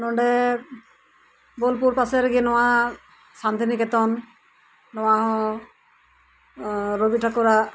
ᱱᱚᱰᱮ ᱵᱳᱞᱯᱩᱨ ᱯᱟᱥᱮ ᱨᱮᱜᱮ ᱱᱚᱣᱟ ᱥᱟᱱᱛᱤᱱᱤᱠᱮᱛᱚᱱ ᱱᱚᱣᱟ ᱦᱚᱸ ᱨᱚᱵᱤ ᱴᱷᱟᱠᱩᱨᱟᱜ